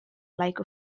like